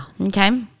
Okay